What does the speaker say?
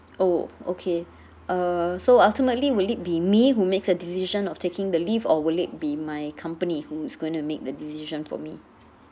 orh okay uh so ultimately will it be me who makes the decision of taking the leave or will it be my company who is going to make the decision for me